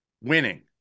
winning